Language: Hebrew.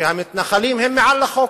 שהמתנחלים הם מעל לחוק.